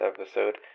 episode